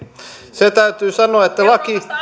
se täytyy sanoa että